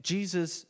Jesus